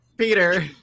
Peter